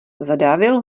zadávil